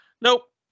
Nope